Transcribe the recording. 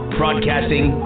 broadcasting